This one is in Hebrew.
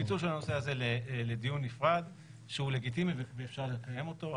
פיצול של הנושא הזה לדיון נפרד שהוא לגיטימי ואפשר לקיים אותו,